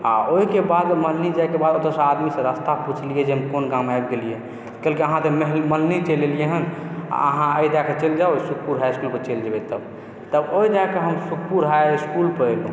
आ ओहिके बाद मल्हनी जाय के बाद ओतऽ सऽ आदमी सऽ रस्ता पुछलियै जे हम कोन गाम आबि गेलियै कहलकै अहाँ तऽ मल्हनी चलि एलियै हँ आ अहाँ एहि दए कऽ चलि जाउ सुखपुर हाई इसकुल पर चलि जेबै तब तब ओहि दए कऽ हम सुखपुर हाई इसकुल पर एलियै